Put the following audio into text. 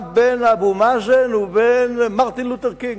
בין אבו מאזן ובין מרטין לותר קינג,